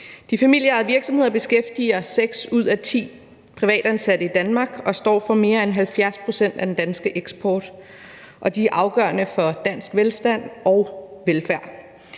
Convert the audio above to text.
De familieejede virksomheder beskæftiger seks ud af ti privatansatte i Danmark og står for mere end 70 pct. af den danske eksport, og de er afgørende for dansk velstand og velfærd.